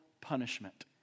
punishment